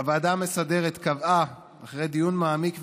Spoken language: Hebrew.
הוועדה המסדרת קבעה, אחרי דיון מעמיק ומעניין,